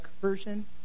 version